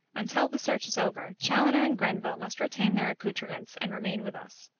until the search is over, chaloner and grenville must retain their accouterments and remain with us.